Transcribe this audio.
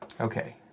Okay